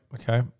okay